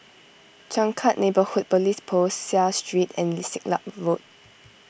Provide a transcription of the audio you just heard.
Changkat Neighbourhood Police Post Seah Street and Siglap Road